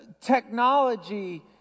technology